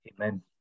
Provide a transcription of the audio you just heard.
Amen